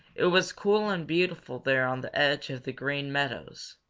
it was cool and beautiful there on the edge of the green meadows.